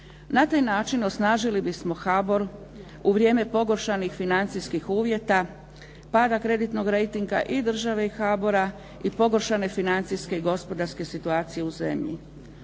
Na taj način osnažili bismo HBOR u vrijeme pogoršanih financijskih uvjeta, pada kreditnog rejtinga i države i HBOR-a i pogoršane financijske i gospodarske situacije u zemlji.